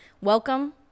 welcome